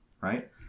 Right